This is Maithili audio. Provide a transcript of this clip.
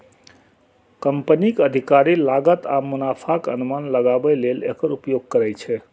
कंपनीक अधिकारी लागत आ मुनाफाक अनुमान लगाबै लेल एकर उपयोग करै छै